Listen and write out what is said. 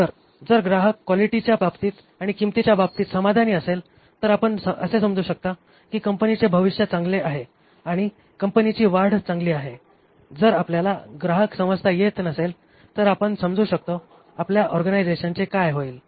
तर जर ग्राहक क्वालिटीच्या बाबतीत आणि किंमतीच्या बाबतीत समाधानी असेल तर आपण असे समजू शकता की कंपनीचे भविष्य चांगले आहे आणि कंपनीची वाढ चांगली आहे जर आपल्याला ग्राहक समजता येत नसेल तर आपण समजू शकतो आपल्या ऑर्गनायझेशनचे काय होईल